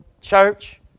Church